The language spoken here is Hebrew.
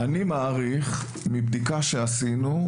מבדיקה שעשינו,